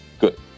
good